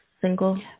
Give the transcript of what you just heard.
Single